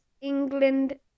England